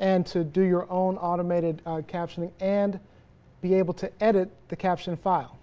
and to do your own automated aren't captioning and be able to edit the caption file